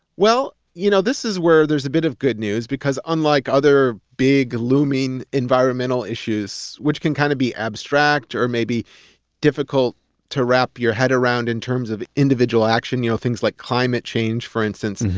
well, you know this is where there's a bit of good news because, unlike other big, looming environmental issues which can kind of be abstract or maybe difficult to wrap your head around in terms of individual action, you know things like climate change for instance,